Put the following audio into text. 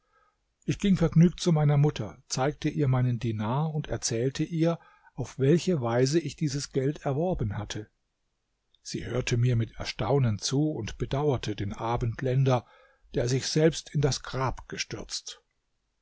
ich ging vergnügt zu meiner mutter zeigte ihr meinen dinar und erzählte ihr auf welche weise ich dieses geld erworben hatte sie hörte mir mit erstaunen zu und bedauerte den abendländer der sich selbst in das grab gestürzt